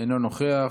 אינו נוכח,